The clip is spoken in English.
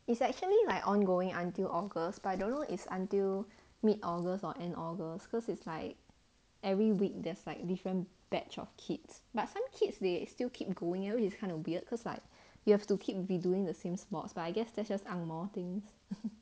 it's actually like ongoing until august but I don't know is until mid august or end august cause it's like every week there's like different batch of kids but some kids they still keep going you know it's kind of weird cause like you have to keep be doing the same sports but I guess that's just ang moh thing